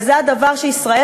וזה הדבר שישראל